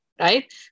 Right